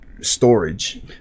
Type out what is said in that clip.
storage